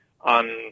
on